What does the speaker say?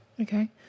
Okay